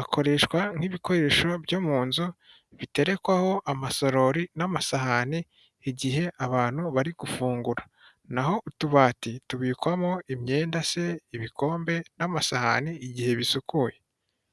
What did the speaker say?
akoreshwa nk'ibikoresho byo mu nzu biterekwaho amasarori n'amasahani igihe abantu bari gufungura, naho utubati tubikwamo imyenda se, ibikombe, n'amasahani igihe bisukuye.